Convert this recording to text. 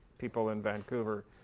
people in vancouver.